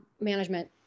management